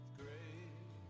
great